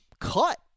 cut